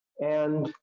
and